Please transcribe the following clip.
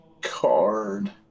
card